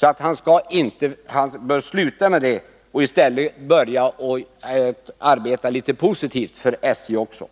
han bör sluta med det och i stället börja att arbeta litet positivt för SJ också.